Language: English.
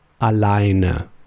alleine